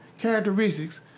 Characteristics